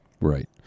Right